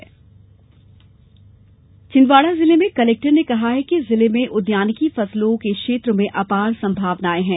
कार्यशाला छिंदवाड़ा जिले में कलेक्टर ने कहा कि जिले में उद्यानिकी फसलों के क्षेत्र में अपार संभावनायें है